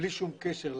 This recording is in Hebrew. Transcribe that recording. בלי שום קשר,